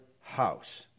house